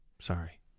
Sorry